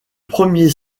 premier